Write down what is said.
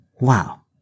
Wow